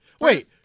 Wait